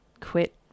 quit